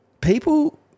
People